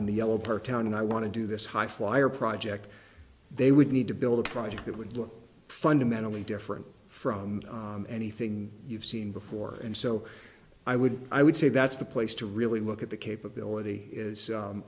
in the yellow part town and i want to do this high flyer project they would need to build a project that would look fundamentally different from anything you've seen before and so i would i would say that's the place to really look at the capability is